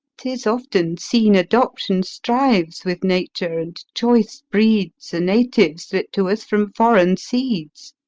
tis often seen adoption strives with nature, and choice breeds a native slip to us from foreign seeds.